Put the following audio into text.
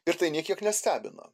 ir tai nė kiek nestebina